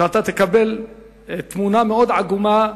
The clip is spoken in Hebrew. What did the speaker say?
ותקבל תמונה מאוד עגומה,